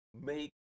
make